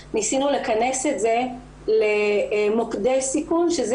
זה ניסינו לכנס את זה למוקדי סיכון שזה